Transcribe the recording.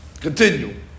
Continue